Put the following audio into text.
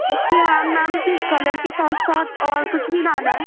okay ma'am ma'am پھر colour کے ساتھ ساتھ اور کچھ بھی لانا ہے